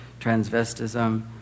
transvestism